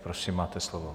Prosím, máte slovo.